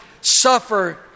suffer